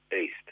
East